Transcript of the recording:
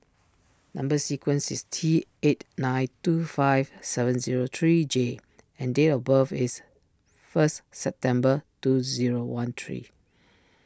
Number Sequence is T eight nine two five seven zero three J and date of birth is first September two zero one three